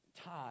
time